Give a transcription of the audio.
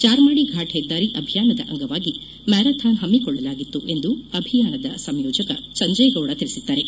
ಚಾರ್ಮಾದಿ ಘಾಟ್ ಹೆದ್ದಾರಿ ಅಭಿಯಾನದ ಅಂಗವಾಗಿ ಮ್ಯಾರಾಥಾನ್ ಹಮ್ಮಿಕೊಳ್ಳಲಾಗಿತ್ತು ಎಂದು ಅಭಿಯಾನದ ಸಂಯೋಜಕ ಸಂಜಯಗೌಡ ತಿಳಿಸಿದ್ದಾರೆ